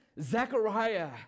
Zechariah